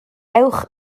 ewch